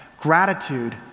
Gratitude